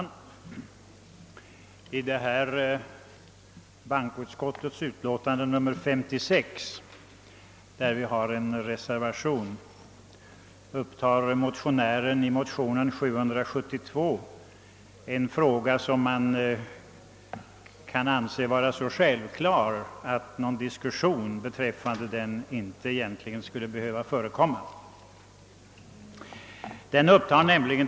Herr talman! Till bankoutskottets utlåtande nr 56 har det fogats en reservation. Motionen II: 772 upptar en fråga som kan anses vara så självklar att det egentligen inte skulle behöva förekomma någon diskussion.